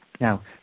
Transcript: Now